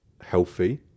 healthy